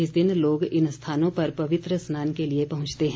इस दिन लोग इन स्थानों पर पवित्र स्नान के लिए पहंचते हैं